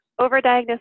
overdiagnosis